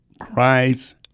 Christ